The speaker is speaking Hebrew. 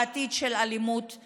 לעתיד של מלחמות.